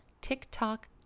TikTok